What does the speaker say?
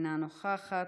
אינה נוכחת,